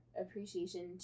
appreciation